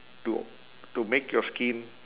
to to make your skin